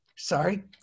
Sorry